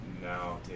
Now